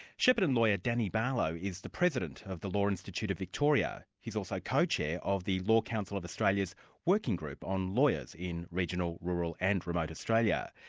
shepparton lawyer danny barlow is the president of the law institute of victoria. he's also co-chair of the law council of australia's working group on lawyers in region, ah rural and remote australia.